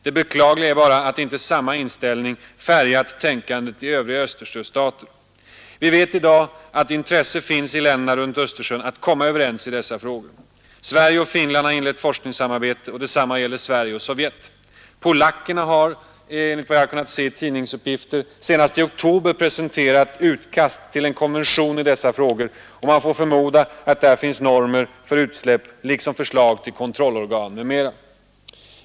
Det beklagliga är bara att inte samma inställning färgat tänkandet i övriga Östersjöstater. Vi vet i dag att intresse finns i länderna runt Östersjön att komma överens i dessa frågor. Sverige och Finland har inlett forskningssamarbete, och detsamma gäller Sverige och Sovjet. Polackerna har, enligt vad jag kunnat se i tidningsuppgifter, senast i oktober presenterat utkast till en konvention i dessa frågor, och man får förmoda att där finns normer för utsläpp, liksom förslag till kontrollorgan m.m.